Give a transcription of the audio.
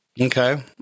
Okay